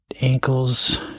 ankles